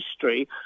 history